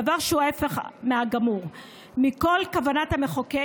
דבר שהוא ההפך הגמור מכל כוונת המחוקק